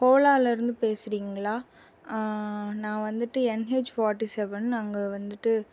ஓலாலெருந்து பேசுகிறிங்களா நான் வந்துட்டு என்ஹெச் ஃபார்ட்டி செவென் அங்கே வந்துட்டு